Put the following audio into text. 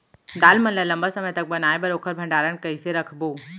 दाल मन ल लम्बा समय तक बनाये बर ओखर भण्डारण कइसे रखबो?